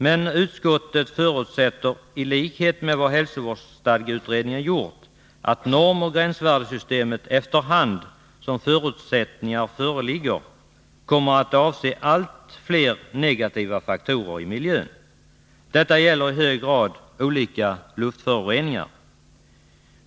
Men utskottet förutsätter i likhet med vad hälsovårdsstadgeutredningen gjort att normoch gränsvärdesystemet, efter hand som förutsättningar föreligger, kommer att avse allt fler negativa faktorer i miljön. Detta gäller i hög grad olika luftföroreningar.